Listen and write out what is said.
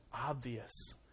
obvious